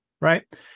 Right